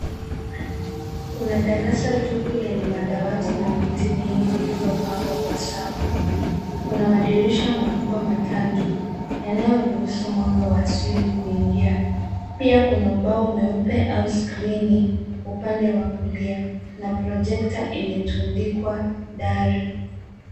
Kuna darasa tupu lenye madawati na viti vingi vilivyopangwa kwa safu. Kuna madirisha makubwa matatu yanayoruhusu mwanga wa asili kuingia. Pia kuna ubao mweupe au skrini upande kulia, kuna projekta imetundikwa dari.